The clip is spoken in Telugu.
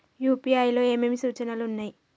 యూ.పీ.ఐ లో ఏమేమి సూచనలు ఉన్నాయి?